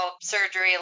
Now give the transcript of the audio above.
surgery